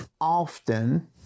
often